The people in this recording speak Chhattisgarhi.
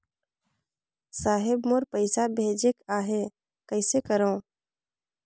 साहेब मोर पइसा भेजेक आहे, कइसे करो?